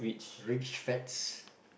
rich fats